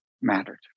mattered